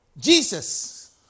Jesus